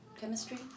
chemistry